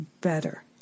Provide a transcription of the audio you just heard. better